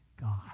God